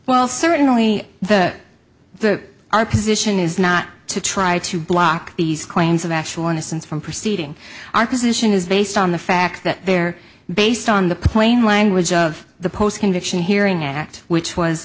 well certainly the the our position is not to try to block these claims of actual innocence from proceeding our position is based on the fact that they're based on the plain language of the post conviction hearing act which was